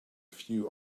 few